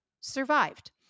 survived